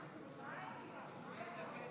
53,